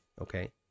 Okay